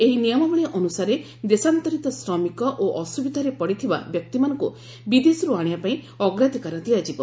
ଏହି ନିୟମାବଳୀ ଅନୁସାରେ ଦେଶାନ୍ତରିତ ଶ୍ରମିକ ଓ ଅସୁବିଧାରେ ପଡ଼ିଥିବା ବ୍ୟକ୍ତିମାନଙ୍କୁ ବିଦେଶରୁ ଆଣିବା ପାଇଁ ଅଗ୍ରାଧିକାର ଦିଆଯିବ